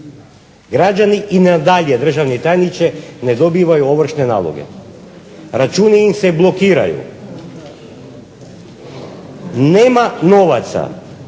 Građani i nadalje, državni tajniče, ne dobivaju ovršne naloge, računi im se blokiraju, nema novaca